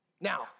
Now